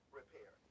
repair